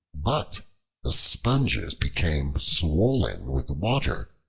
but the sponges became swollen with water,